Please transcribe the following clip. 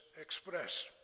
express